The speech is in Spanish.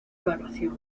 evaluación